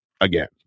again